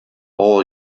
all